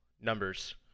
numbers